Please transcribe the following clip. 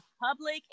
public